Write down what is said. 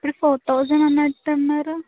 ఇప్పుడు four thousand అన్నట్టున్నారు